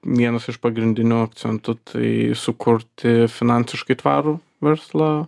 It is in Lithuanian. vienas iš pagrindinių akcentų tai sukurti finansiškai tvarų verslą